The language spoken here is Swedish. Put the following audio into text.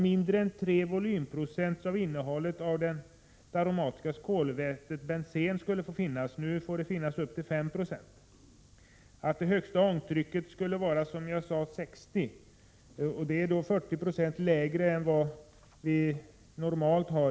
Mindre än 3 volymprocent av det aromatiska kolvätet bensen skulle få finnas. Nu får det finnas upp till 5 96. Det högsta ångtrycket borde, som jag sade, inte överstiga 60 kPa. Det är 40 96 lägre än vad vi i dag normalt har.